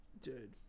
Dude